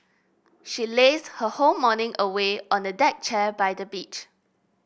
she lazed her whole morning away on a deck chair by the beach